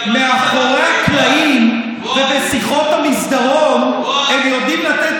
מאחורי הקלעים ובשיחות המסדרון הם יודעים לתת